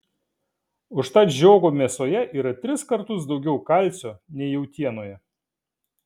užtat žiogo mėsoje yra tris kartus daugiau kalcio nei jautienoje